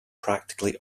practically